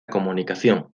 comunicación